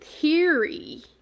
theory